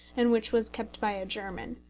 and which was kept by a german.